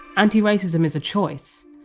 anti-racism is a choice,